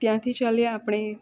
ત્યાંથી ચાલીએ આપણે